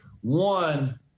One